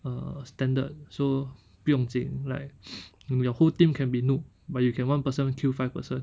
uh standard so 不用紧 like your whole team can be noob but you can one person kill five person